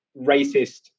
racist